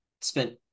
spent